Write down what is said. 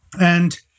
And-